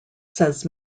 says